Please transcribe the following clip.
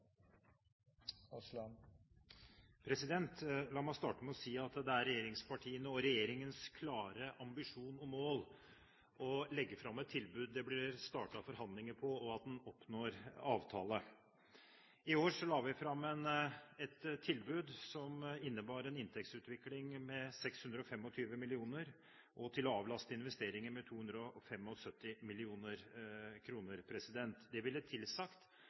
avsluttet. La meg starte med å si at det er regjeringspartienes og regjeringens klare ambisjon og mål å legge fram et tilbud det blir startet forhandlinger om, og at en oppnår avtale. I år la vi fram et tilbud som innebar en inntektsutvikling på 625 mill. kr, og til å avlaste investeringer med 275 mill. kr. Det ville tilsagt